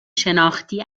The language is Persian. شناختی